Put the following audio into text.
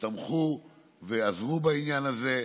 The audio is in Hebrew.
שתמכו ועזרו בעניין הזה.